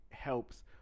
helps